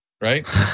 right